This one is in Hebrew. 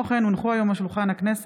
כמו כן הונחו היום על שולחן הכנסת